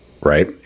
right